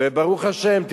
וברוך השם,